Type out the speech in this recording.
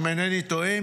אם אינני טועה,